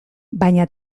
baina